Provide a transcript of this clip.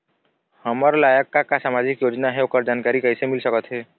हमर लायक का का सामाजिक योजना हे, ओकर जानकारी कइसे मील सकत हे?